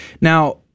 Now